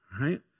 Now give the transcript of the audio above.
right